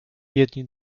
jedni